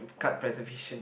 card preservation